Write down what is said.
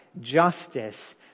justice